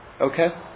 Okay